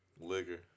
liquor